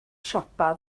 siopa